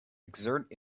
exert